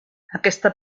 aquesta